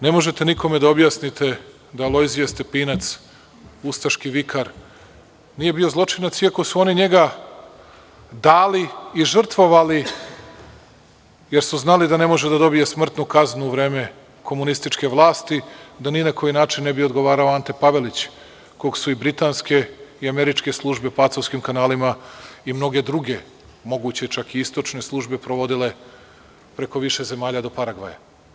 Ne možete nikome da objasnite da Alojzije Stepinac, ustaški vikar, nije bio zločinac, iako su oni njega dali i žrtvovali, jer su znali da ne može da dobije smrtnu kaznu u vreme komunističke vlasti, da ni na koji način ne bi odgovarao Ante Pavelić, kog su i britanske i američke službe pacovskim kanalima i mnoge druge, moguće čak i istočne službe, provodile preko više zemalja do Paragvaja.